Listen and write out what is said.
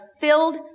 filled